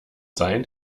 sein